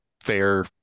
fair